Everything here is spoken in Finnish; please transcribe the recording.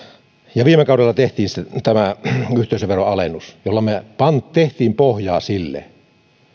viime kaudella tehtiin myös yhteisöveron alennus jolla me teimme pohjaa sille